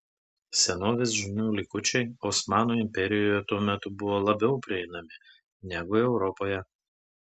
senovės žinių likučiai osmanų imperijoje tuo metu buvo labiau prieinami negu europoje